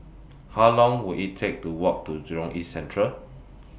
How Long Will IT Take to Walk to Jurong East Central